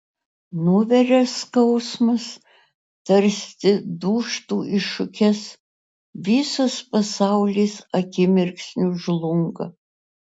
nuveria skausmas tarsi dūžtu į šukes visas pasaulis akimirksniu žlunga